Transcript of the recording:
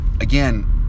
again